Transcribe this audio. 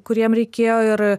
kuriem reikėjo ir